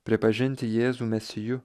pripažinti jėzų mesiju